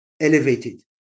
elevated